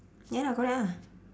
ya lah correct ah